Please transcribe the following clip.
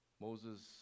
Moses